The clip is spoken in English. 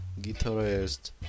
guitarist